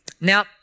Now